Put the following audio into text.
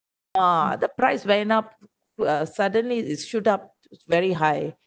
!wah! the price went up uh suddenly it shoot up very high